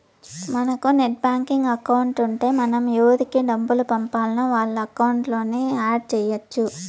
మనకు net banking account ఉంటే మనం ఎవురికి డబ్బులు పంపాల్నో వాళ్ళ అకౌంట్లని యాడ్ చెయ్యచ్చు